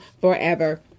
forever